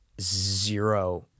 zero